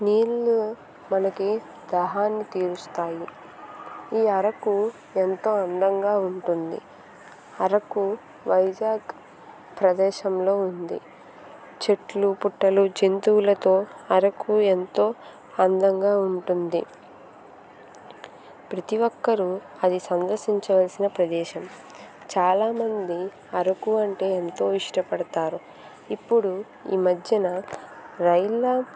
నీళ్లు మనకి దాహాన్ని తీరుస్తాయి ఈ అరకు ఎంతో అందంగా ఉంటుంది అరకు వైజాగ్ ప్రదేశంలో ఉంది చెట్లు పుట్టలు జంతువులతో అరకు ఎంతో అందంగా ఉంటుంది ప్రతి ఒక్కరూ అది సందర్శించవలసిన ప్రదేశం చాలా మంది అరకు అంటే ఎంతో ఇష్టపడతారు ఇప్పుడు ఈ మధ్యన రైళ్ళ